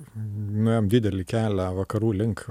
nuėjom didelį kelią vakarų link